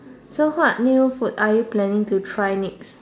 so what new food are you planning to try next